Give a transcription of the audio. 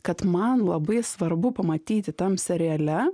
kad man labai svarbu pamatyti tam seriale